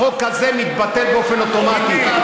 החוק הזה מתבטל באופן אוטומטי.